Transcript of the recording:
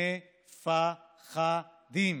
מ-פ-ח-דים.